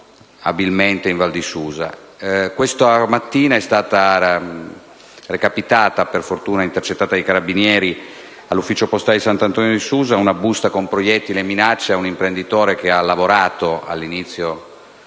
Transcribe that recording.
Questa mattina è stata recapitata - per fortuna è stata intercettata dai Carabinieri - all'ufficio postale di Sant'Antonio di Susa una busta con proiettili e minacce ad un imprenditore che ha lavorato, all'inizio